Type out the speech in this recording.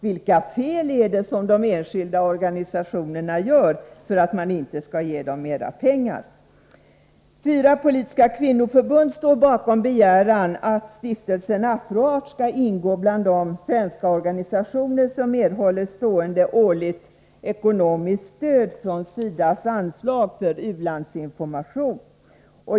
Vilka fel gör de enskilda Organisationerna som kan vara skäl till att man inte skall ge dem mer pengar? Fyra politiska kvinnoförbund står bakom begäran att Stiftelsen Afro-Art skall ingå bland de svenska organisationer som erhåller stående årligt ekonomiskt stöd från SIDA:s anslag för u-landsinformation.